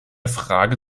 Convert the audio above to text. frage